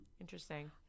Interesting